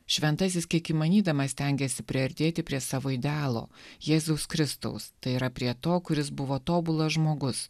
šventasis kiek įmanydamas stengėsi priartėti prie savo idealo jėzaus kristaus tai yra prie to kuris buvo tobulas žmogus